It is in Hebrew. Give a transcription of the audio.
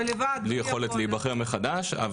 בלי יכולת להיבחר מחדש.